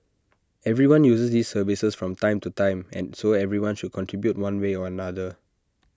everyone uses these services from time to time and so everyone should contribute one way or another